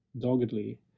doggedly